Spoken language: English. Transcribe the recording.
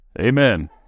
amen